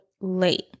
late